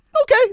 okay